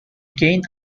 gained